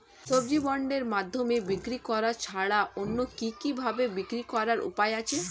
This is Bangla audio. সবজি বন্ডের মাধ্যমে বিক্রি করা ছাড়া অন্য কি কি ভাবে বিক্রি করার উপায় আছে?